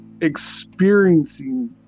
experiencing